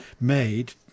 made